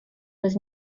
was